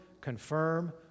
confirm